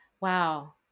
Wow